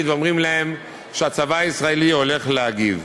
ואומרים להם שהצבא הישראלי הולך להגיב.